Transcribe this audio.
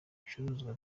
bicuruzwa